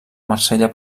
marsella